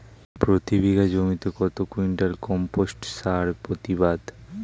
প্রতি বিঘা জমিতে কত কুইন্টাল কম্পোস্ট সার প্রতিবাদ?